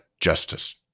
justice